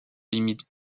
limite